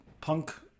Punk